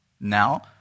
Now